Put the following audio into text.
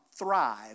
thrive